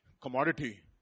Commodity